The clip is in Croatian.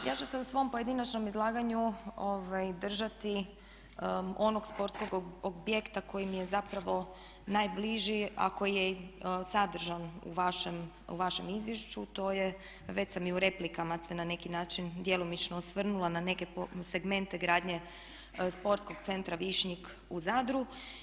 Ja ću se u svom pojedinačnom izlaganju držati onog sportskog objekta koji mi je zapravo najbliži a koji je i sadržan u vašem izvješću, to je, već sam i u replikama se na neki način djelomično osvrnula na neke segmente gradnje Sportskog centra Višnjik u Zadru.